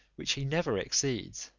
which he never exceeds